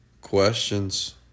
Questions